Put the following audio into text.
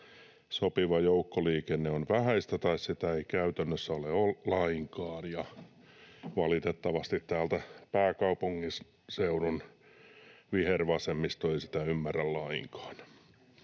sopiva joukkoliikenne on vähäistä tai sitä ei käytännössä ole lainkaan, ja valitettavasti pääkaupunkiseudun vihervasemmisto ei sitä ymmärrä lainkaan.